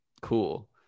cool